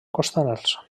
costaners